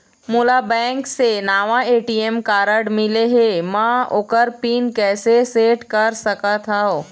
मोला बैंक से नावा ए.टी.एम कारड मिले हे, म ओकर पिन कैसे सेट कर सकत हव?